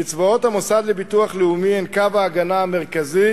קצבאות המוסד לביטוח לאומי הן קו ההגנה המרכזי